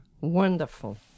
Wonderful